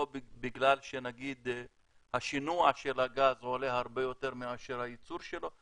או בגלל שנגיד השינוי של הגז עולה הרבה יותר מאשר הייצור שלו?